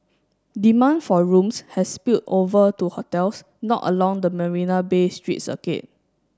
demand for rooms has spilled over to hotels not along the Marina Bay street circuit